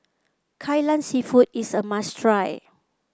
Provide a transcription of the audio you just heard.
Kai Lan seafood is a must try